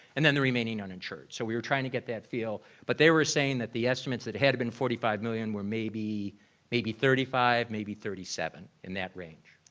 and then the remaining uninsured. so we were trying to get that feel but they were saying that the estimates that had been forty five million were maybe maybe thirty five, maybe thirty seven in that range.